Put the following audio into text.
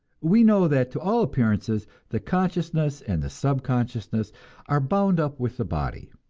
we know that to all appearances the consciousness and the subconsciousness are bound up with the body.